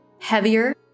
heavier